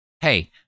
Hey